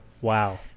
Wow